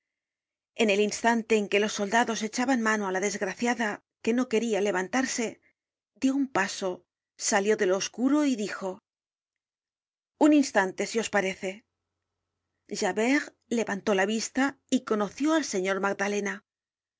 en el instante en que los soldados echaban mano á la desgraciada que no queria levantarse dió un paso salió de lo oscuro y dijo un instante si os parece javert levantó la vista y conoció al señor magdalena